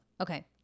Okay